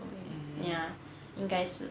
ya 应该是